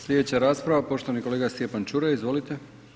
Slijedeća rasprava, poštovani kolega Stjepan Čuraj, izvolite.